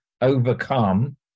overcome